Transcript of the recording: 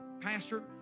Pastor